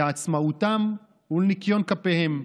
לעצמאותם ולניקיון כפיהם.